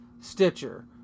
Stitcher